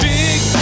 big